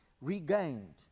regained